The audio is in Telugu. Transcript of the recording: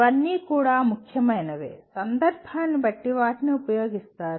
ఇవన్నీ కూడా ముఖ్యమైనదేసందర్భాన్ని బట్టి వాటిని ఉపయోగిస్తారు